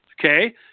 okay